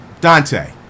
Dante